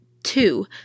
Two